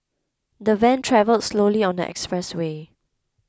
the van travelled slowly on the expressway